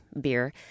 beer